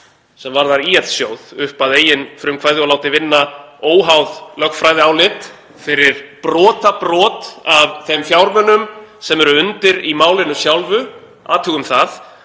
sem varðar ÍL-sjóð upp að eigin frumkvæði og látið vinna óháð lögfræðiálit fyrir brotabrot af þeim fjármunum sem eru undir í málinu sjálfu, athugum það,